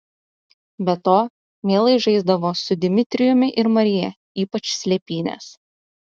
be to mielai žaisdavo su dmitrijumi ir marija ypač slėpynes